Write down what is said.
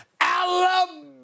Alabama